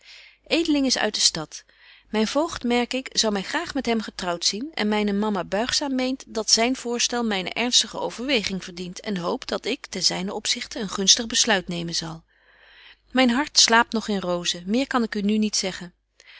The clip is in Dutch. edeling is uit de stad myn voogd merk ik zou my graag met hem getrouwt zien en myne mama buigzaam meent dat zyn voorstel myne ernstige overweging verdient en hoopt dat ik ten zynen opzichte een gunstig besluit nemen zal myn hart slaapt nog in rozen meer kan ik u nu niet zeggen